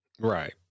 Right